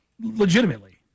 legitimately